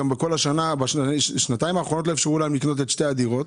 גם בכל השנתיים האחרונות לא אפשרו להם לקנות את שתי הדירות.